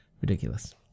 ridiculous